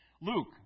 Luke